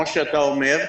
כפי שאתה אומר,